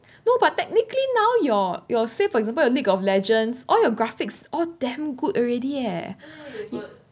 no but technically now your your say for example your league of legends all your graphics all damn good already eh